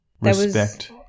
respect